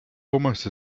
almost